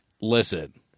Listen